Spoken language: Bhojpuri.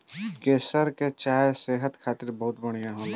केसर के चाय सेहत खातिर बहुते बढ़िया होला